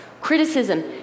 criticism